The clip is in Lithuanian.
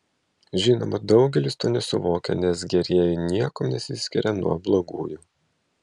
žinoma daugelis to nesuvokia nes gerieji niekuom nesiskiria nuo blogųjų